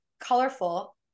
colorful